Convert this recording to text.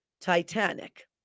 Titanic